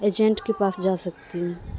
agent کے پاس جا سکتی ہوں